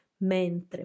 mentre